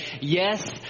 yes